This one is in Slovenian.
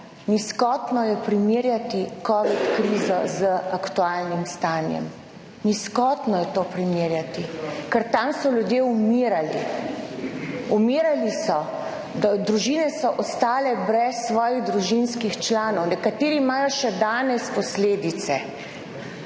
Nizkotno je primerjati covid krizo z aktualnim stanjem, nizkotno je to primerjati, ker tam so ljudje umirali. Umirali so, družine so ostale brez svojih družinskih članov, nekateri imajo še danes posledice